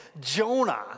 Jonah